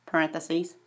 Parentheses